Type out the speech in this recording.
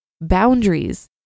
Boundaries